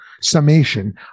summation